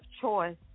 choice